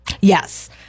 Yes